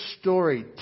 story